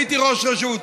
הייתי ראש רשות.